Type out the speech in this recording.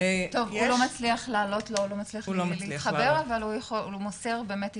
פרופסור יציב לא מצליח להתחבר אבל הוא מוסר את תמיכתו,